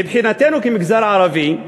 מבחינתנו, כמגזר ערבי,